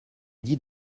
dit